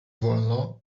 wolno